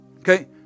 Okay